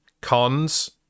Cons